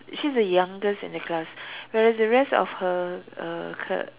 she's the youngest in the class whereas the rest of her uh ke~